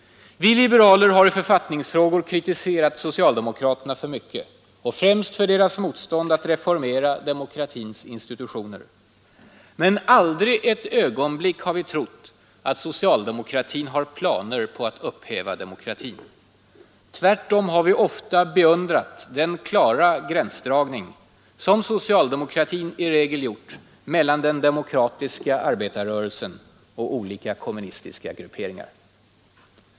Vi liberaler har i författningsfrågor kritiserat socialdemokraterna för mycket och främst för deras motstånd att reformera demokratins institution. Men aldrig ett ögonblick har vi trott att socialdemokratin har planer på att upphäva demokratin. Tvärtom har vi ofta beundrat den klara gränsdragning som socialdemokratin i regel gjort mellan den demokratiska arbetarrörelsen och olika kommunistiska grupperingar.